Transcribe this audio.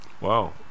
Wow